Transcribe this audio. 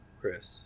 Chris